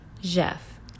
Jeff